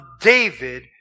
David